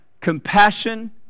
compassion